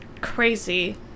crazy